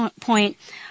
point